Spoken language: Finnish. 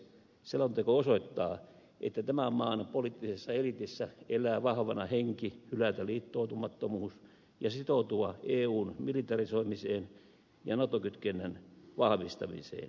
selonteko osoittaa että tämän maan poliittisessa eliitissä elää vahvana henki hylätä liittoutumattomuus ja sitoutua eun militarisoimiseen ja nato kytkennän vahvistamiseen